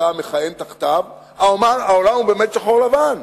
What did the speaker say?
שאתה מכהן תחתיו, העולם הוא באמת שחור לבן.